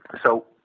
so,